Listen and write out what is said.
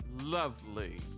lovely